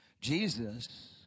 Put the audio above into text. Jesus